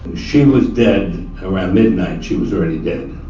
she was dead, around midnight she was already dead.